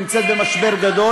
העיתונות הכתובה נמצאת במשבר גדול,